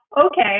okay